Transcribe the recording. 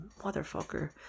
motherfucker